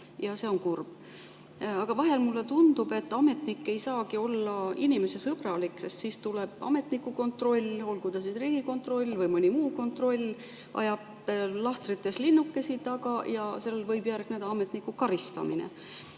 ja see on kurb. Aga vahel mulle tundub, et ametnik ei saagi olla inimesega sõbralik, sest siis tuleb ametniku kontroll, olgu ta siis Riigikontroll või mõni muu kontroll, ajab lahtrites linnukesi taga ja sellele võib järgneda ametniku karistamine. Ma